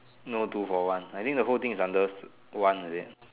no two for one I think the whole thing is under one is it